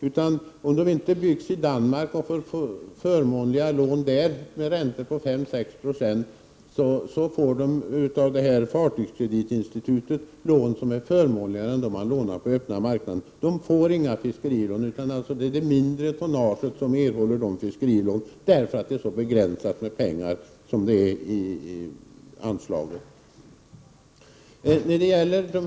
Om båtarna inte byggs i Danmark och där får förmånliga lån med räntor på 5-6 Yo, kan fartygskreditsinstitutet betala ut lån som är förmånligare än lån på öppna marknaden. Stora fartyg får inga fiskerilån, utan de är avsedda för det mindre tonnaget, eftersom medlen i anslaget är så begränsade.